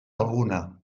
alguna